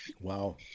Wow